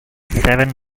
seven